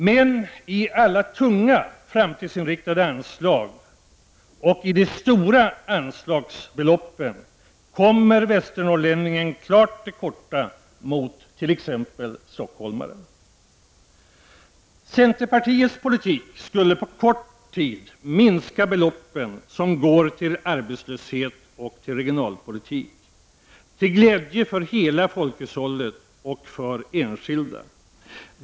Men beträffande alla tunga framtidsinriktade anslag och de stora anslagsbeloppen kommer västernorrlänningen klart till korta mot t.ex. stockholmaren. Centerpartiets politik skulle på kort tid minska beloppen som går till arbetslöshet och regionalpolitik, till glädje för hela folkhushållet och för enskilda.